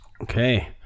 Okay